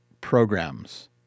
programs